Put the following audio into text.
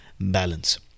balance